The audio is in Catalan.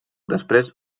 després